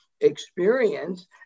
experience